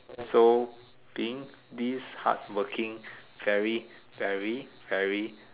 so being this hardworking very very very